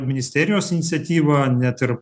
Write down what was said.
ministerijos iniciatyva net ir